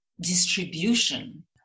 distribution